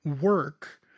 work